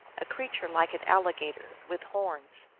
a creature like an alligator, with horns.